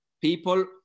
people